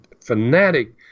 fanatic